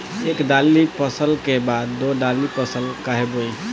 एक दाली फसल के बाद दो डाली फसल काहे बोई?